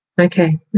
Okay